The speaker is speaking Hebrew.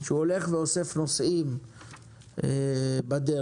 הוא אוסף נוסעים בדרך.